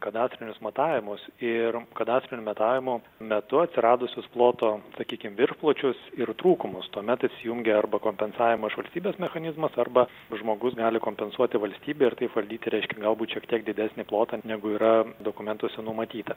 kadastrinius matavimus ir kadastrinių metavimų metu atsiradusius ploto sakykim viršpločius ir trūkumus tuomet įsijungia arba kompensavimo iš valstybės mechanizmas arba žmogus gali kompensuoti valstybė ir taip valdyti reiškia galbūt šiek tiek didesnį plotą negu yra dokumentuose numatyta